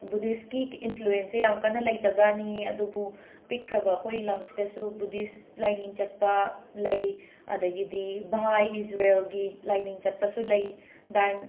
ꯕꯨꯙꯤꯁꯠꯀꯤ ꯏꯟꯐ꯭ꯂꯨꯋꯦꯟꯁꯁꯦ ꯌꯥꯝ ꯀꯟꯅ ꯂꯩꯇꯕ꯭ꯔꯥ ꯅꯤꯡꯉꯤ ꯑꯗꯨꯕꯨ ꯄꯤꯛꯈ꯭ꯔꯕ ꯑꯈꯣꯏ ꯂꯝ ꯁꯤꯗꯁꯨ ꯕꯨꯙꯤꯁꯠ ꯂꯥꯏꯅꯤꯡ ꯆꯠꯄ ꯂꯩ ꯑꯗꯒꯤꯗꯤ ꯚꯍꯥ ꯏꯖꯔꯦꯜꯒꯤ ꯂꯥꯏꯅꯤꯡ ꯆꯠꯄꯁꯨ ꯂꯩ ꯗꯦꯟ